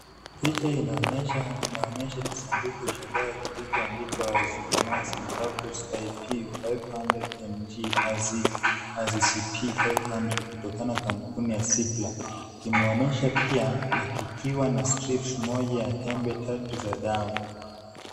Picha inaonyesha kisanduku cha dawa kilichoandikwa Azithromycin tablet IP 500mg Azicip-500 kutokana na kampuni Cipla. Kimeonyesha pia kikiwa na strips moja tatu ya dawa.